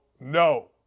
no